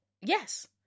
Yes